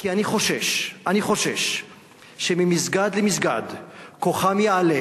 כי אני חושש שממסגד למסגד כוחם יעלה,